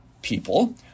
people